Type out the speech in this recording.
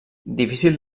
difícil